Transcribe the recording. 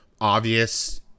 obvious